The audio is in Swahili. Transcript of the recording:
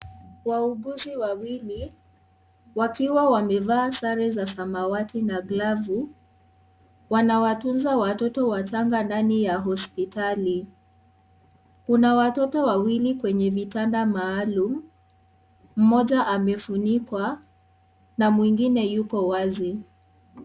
Wauguzi wawili, wakiwa wamevaa sare za samawati na glavu, wanawatunza watoto wachanga ndani ya hospitali, kuna watoto wawili kwenye vitanda maalum, mmoja amefunikwa, na mwingine yuko wazi.